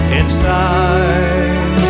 inside